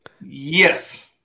Yes